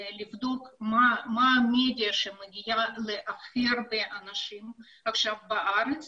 לבדוק מה המדיה שמגיעה להכי הרבה אנשים עכשיו בארץ